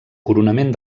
coronament